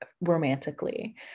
romantically